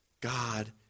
God